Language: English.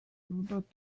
but